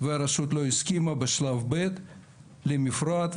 והרשות לא הסכימה בשלב ב' למפרט.